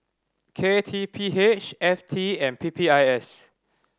K T P H F T and P P I S